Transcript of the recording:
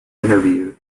interview